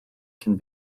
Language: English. can